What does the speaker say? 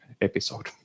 episode